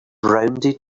rounded